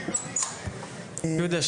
יהודה,